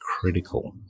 critical